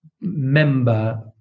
member